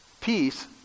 peace